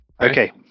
Okay